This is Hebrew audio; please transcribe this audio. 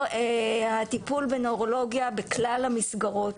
הטיפול בנוירולוגיה בכלל המסגרות,